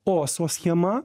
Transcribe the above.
oso schema